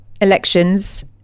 elections